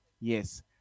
Yes